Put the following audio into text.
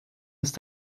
ist